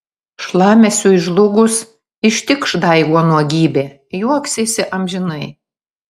šlamesiui žlugus ištikš daigo nuogybė juoksiesi amžinai